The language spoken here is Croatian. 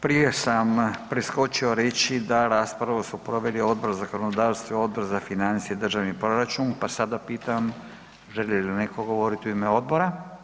Prije sam preskočio reći da raspravu su proveli Odbor za zakonodavstvo i Odbor za financije i državni proračun, pa sada pitam želi li netko govoriti u ime odbora?